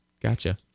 Gotcha